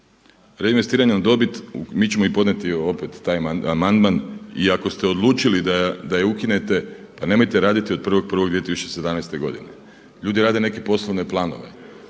Reinvestirana dobit mi ćemo i podnijeti opet taj amandman i ako ste odlučili da je ukinete pa nemojte rediti od 1.1.2017. godine. Ljudi rade neke poslovne planove,